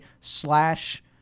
slash